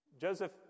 Joseph